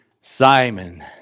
Simon